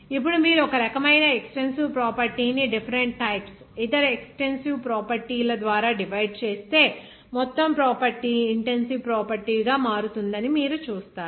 ఇప్పుడు మీరు ఒక రకమైన ఎక్సటెన్సివ్ ప్రాపర్టీ ని డిఫరెంట్ టైప్స్ ఇతర ఎక్సటెన్సివ్ ప్రాపర్టీ ద్వారా డివైడ్ చేస్తే మొత్తం ప్రాపర్టీ ఇంటెన్సివ్ ప్రాపర్టీ గా మారుతుందని మీరు చూస్తారు